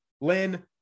Lynn